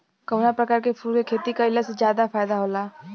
कवना प्रकार के फूल के खेती कइला से ज्यादा फायदा होला?